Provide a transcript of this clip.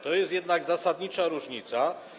To jest jednak zasadnicza różnica.